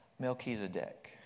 Melchizedek